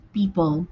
people